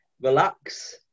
relax